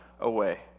away